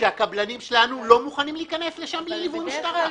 שהקבלנים שלנו לא מוכנים להיכנס אליהם בלי ליווי משטרה.